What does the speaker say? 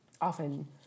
often